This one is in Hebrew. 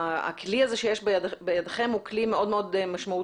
והכלי הזה שיש בידכם הוא כלי מאוד מאוד משמעותי.